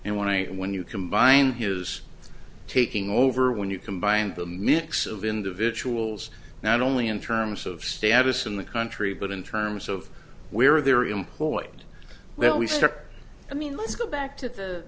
and when i when you combine his taking over when you combine the mix of individuals not only in terms of status in the country but in terms of where they are employed will we start